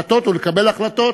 שהאופוזיציה החליטה להיעדר מהמליאה,